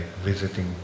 visiting